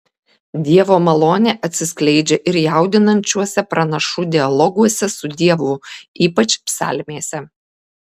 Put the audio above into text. dievo malonė atsiskleidžia ir jaudinančiuose pranašų dialoguose su dievu ypač psalmėse